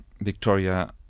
Victoria